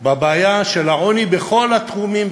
הבעיה של העוני: בכל התחומים,